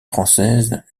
française